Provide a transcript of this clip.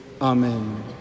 Amen